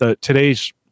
today's